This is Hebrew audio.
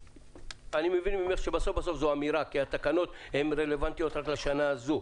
ואני מבין ממך שבסוף בסוף זו אמירה כי התקנות הן רלבנטיות רק לשנה הזו,